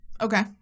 okay